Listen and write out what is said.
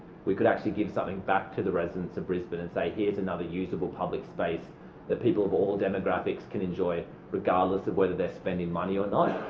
we could actually give something back to the residents of brisbane and say here's another usable public space that people of all demographics can enjoy regardless of whether they're spending money or not.